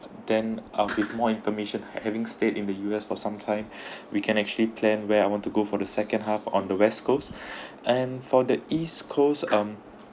then um with more information having stayed in the U_S for some time we can actually plan where I want to go for the second half on the west coast and for the east coast um